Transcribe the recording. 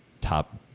top